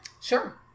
Sure